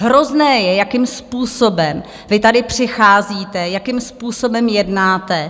Hrozné je, jakým způsobem vy tady přicházíte, jakým způsobem jednáte.